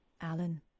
Alan